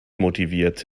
motiviert